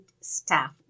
staff